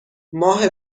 ماه